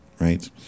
right